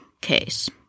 case